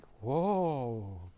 whoa